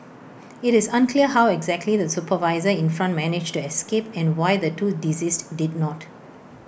IT is unclear how exactly the supervisor in front managed to escape and why the two deceased did not